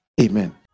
Amen